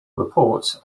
reports